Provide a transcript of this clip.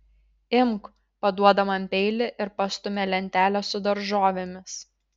imk paduoda man peilį ir pastumia lentelę su daržovėmis